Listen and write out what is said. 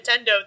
Nintendo